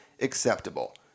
acceptable